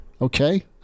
okay